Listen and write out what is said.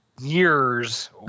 years